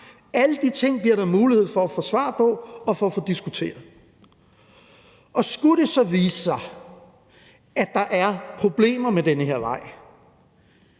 Alle de ting bliver der mulighed for at få svar på og for at få diskuteret. Og skulle det så vise sig, at der er problemer med den her vej,